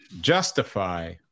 justify